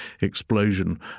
explosion